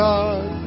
God